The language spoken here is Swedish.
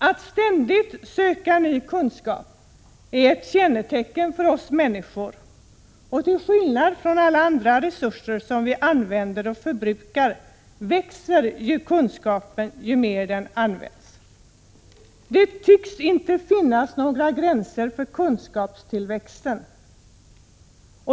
Att ständigt söka ny kunskap är ett kännetecken för oss människor. Till skillnad från alla andra resurser som vi använder och förbrukar växer kunskapen ju mer den används. Det tycks inte finnas några gränser för kunskapstillväxten.